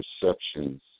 perceptions